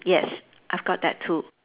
yes I've got that too